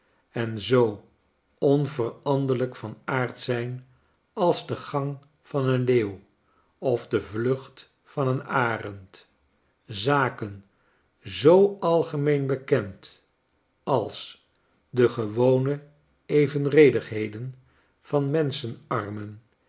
en zoo onveranderlijk van aard zijn als de gang van een leeuw of de vlucht van een arend zaken zoo algemeen bekend als de gewone evenredigheden van menschenarmen